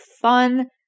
fun